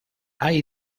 hay